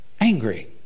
angry